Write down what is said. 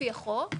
לפי החוק,